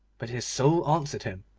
but his soul answered him,